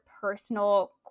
personal